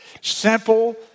Simple